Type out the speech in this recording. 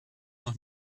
noch